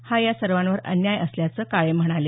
हा या सर्वांवर अन्याय असल्याचं काळे म्हणाले